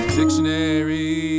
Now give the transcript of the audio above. dictionary